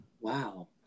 Wow